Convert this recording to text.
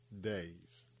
days